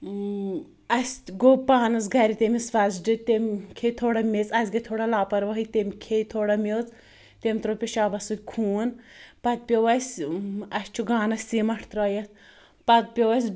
اسہِ گوٚو پانَس گَھرِ تٔمِس وَژھڑِ تٔمۍ کھیٚیہِ تھوڑا میٚژ اسہِ گٔے تھوڑا لاپَروٲہی تٔمۍ کھیٚیہِ تھوڑا میٚژ تٔمۍ ترٛوٗو پِشابَس سۭتۍ خوٗن پَتہٕ پیٚو اسہِ اسہِ چھُ گانَس سیٖمیٚنٛٹ ترٲیِتھ پَتہٕ پیٚو اسہِ